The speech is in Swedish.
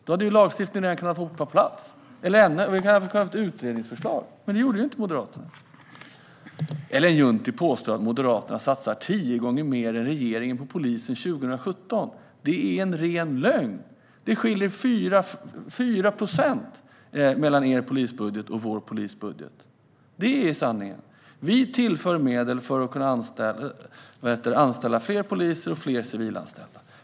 Då hade ju lagstiftningen redan kunnat vara på plats, eller vi kunde ha haft ett utredningsförslag. Men det gjorde inte Moderaterna. Ellen Juntti påstår att Moderaterna satsar tio gånger mer än regeringen på polisen 2017. Det är en ren lögn! Det skiljer 4 procent mellan er och vår polisbudget. Det är sanningen. Vi tillför medel för att kunna anställa fler poliser och fler civilanställda.